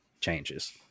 changes